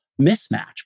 mismatch